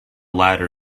latter